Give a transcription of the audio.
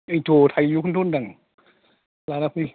बेखौनोथ' थाइजौखौनोथ' होनदां लानाफै